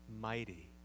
mighty